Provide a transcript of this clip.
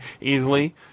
easily